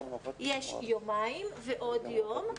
יש יומיים ועוד יום,